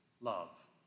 love